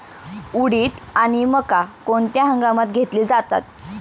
उडीद आणि मका कोणत्या हंगामात घेतले जातात?